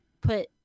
put